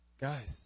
Guys